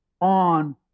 on